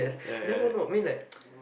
yes you never know I mean like